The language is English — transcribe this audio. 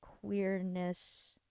queerness